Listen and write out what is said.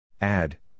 Add